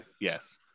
yes